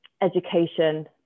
education